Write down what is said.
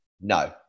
No